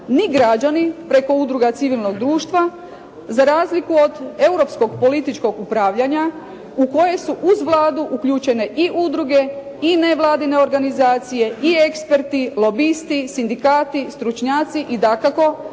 ni građani preko udruga civilnog društva za razliku od europskog političkog upravljanja u koje su uz Vladu uključene i udruge i nevladine organizacije i eksperti, lobisti, sindikati, stručnjaci i dakako